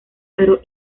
pero